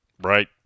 right